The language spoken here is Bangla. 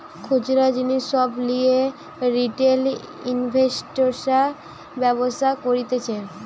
খুচরা জিনিস সব লিয়ে রিটেল ইনভেস্টর্সরা ব্যবসা করতিছে